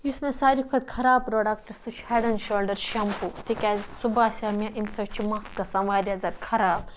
یُس مےٚ ساروی کھۄتہٕ خَراب پروڈَکٹ سُہ چھُ ہیٚڈ ایٚنٛڈ شولڈَر شَمپو تکیازٕ سُہ باسیٚو مےٚ امہِ سۭتۍ چھُ مَس گَژھان واریاہ زیادٕ خَراب